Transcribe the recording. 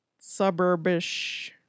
suburbish